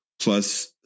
plus